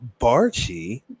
Barchi